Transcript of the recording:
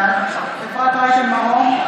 בעד אפרת רייטן מרום,